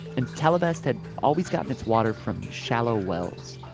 and tallevast had always gotten its water from shallow wells.